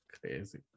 Crazy